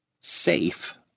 safe—